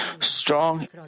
strong